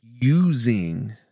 using